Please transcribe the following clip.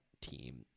team